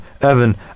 evan